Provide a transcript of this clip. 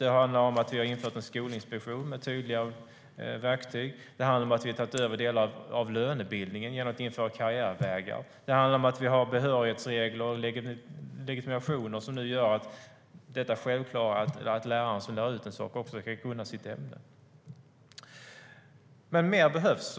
Det handlar om att vi infört en skolinspektion med tydligare verktyg. Det handlar om att vi har tagit över delar av lönebildningen genom att införa karriärvägar. Och det handlar om att vi har behörighetsregler och legitimationer som nu gör det självklart att läraren som lär ut en sak också ska kunna sitt ämne. Men mer behövs.